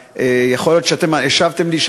יכול להיות שאתם השבתם לי,